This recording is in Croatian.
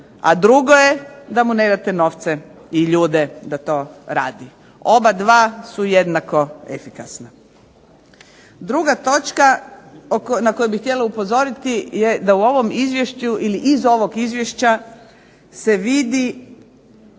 a drugo je da mu ne date novce i ljude da to radi. Oba dva su jednako efikasna. Druga točka na koju bih htjela upozoriti je da u ovom Izvješću ili iz ovog Izvješća se vidi